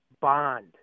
bond